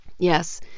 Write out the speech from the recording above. Yes